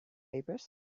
papers